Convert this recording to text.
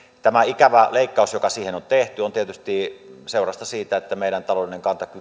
tämä ikävä leikkaus joka siihen on tehty on tietysti seurausta siitä että meidän taloudellinen